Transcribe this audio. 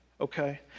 okay